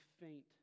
faint